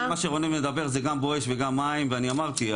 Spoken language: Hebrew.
שרונן מדבר זה גם "בואש" וגם מים ואני אמרתי,